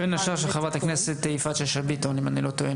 בין השאר של חברת הכנסת יפעת שאשא ביטון אם אני לא טועה.